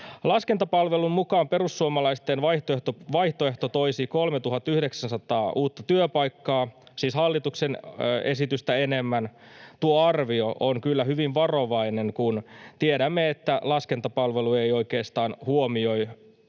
Laskentapalvelun mukaan perussuomalaisten vaihtoehto toisi 3 900 uutta työpaikkaa hallituksen esitystä enemmän. Tuo arvio on kyllä hyvin varovainen, kun tiedämme, että laskentapalvelu ei oikeastaan huomioi